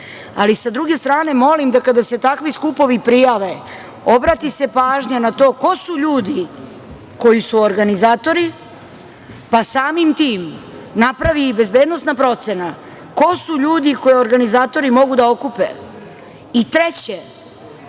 ali sa druge strane molim da kada se takvi skupovi prijave, obrati se pažnja na to ko su ljudi koji su organizatori, pa samim tim napravi i bezbednosna procena ko su ljudi koje organizatori mogu da okupe. Treće,